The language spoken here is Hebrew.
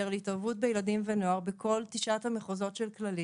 להתערבות בילדים ונוער בכל תשעת המחוזות של כללית.